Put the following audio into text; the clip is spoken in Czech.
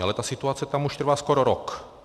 Ale ta situace tam už trvá skoro rok.